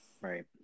Right